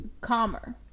calmer